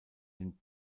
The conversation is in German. den